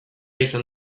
izan